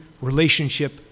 relationship